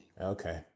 Okay